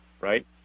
right